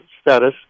status